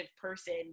person